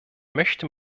möchte